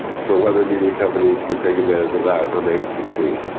so, whether media companies can take advantage of that remains to be seen.